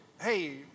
Hey